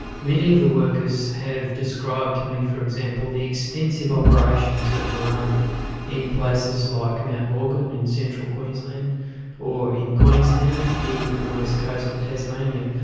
many of the workers have described to me, for example, the extensive operations that were run in places like mt morgan in central queensland or in queenstown near the west coast of tasmania,